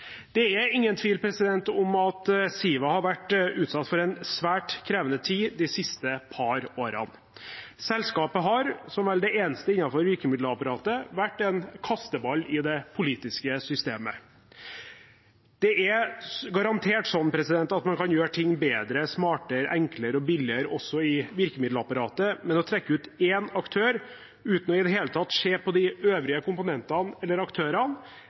Det er ingen tvil om at Siva har vært utsatt for en svært krevende tid de siste par årene. Selskapet har, som vel det eneste innenfor virkemiddelapparatet, vært en kasteball i det politiske systemet. Det er garantert sånn at man kan gjøre ting bedre, smartere, enklere og billigere også i virkemiddelapparatet, men å trekke ut én aktør uten i det hele tatt å se på de øvrige komponentene eller aktørene,